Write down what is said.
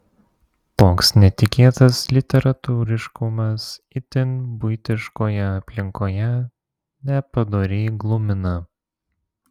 toks netikėtas literatūriškumas itin buitiškoje aplinkoje nepadoriai glumina